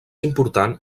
important